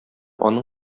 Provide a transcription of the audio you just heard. аның